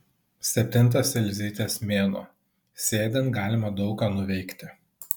septintas elzytės mėnuo sėdint galima daug ką nuveikti